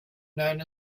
known